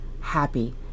happy